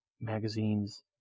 magazines